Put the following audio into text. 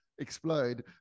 explode